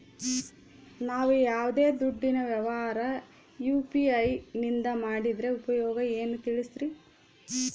ನಾವು ಯಾವ್ದೇ ದುಡ್ಡಿನ ವ್ಯವಹಾರ ಯು.ಪಿ.ಐ ನಿಂದ ಮಾಡಿದ್ರೆ ಉಪಯೋಗ ಏನು ತಿಳಿಸ್ರಿ?